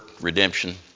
redemption